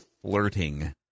flirting